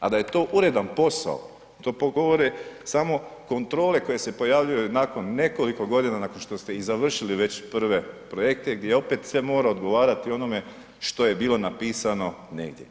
A da je to uredan posao to govore samo kontrole koje se pojavljuju nakon nekoliko godina nakon što ste i završili već prve projekte gdje opet sve mora odgovarati onome što je bilo napisano negdje.